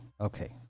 Okay